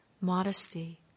modesty